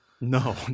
No